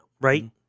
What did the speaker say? right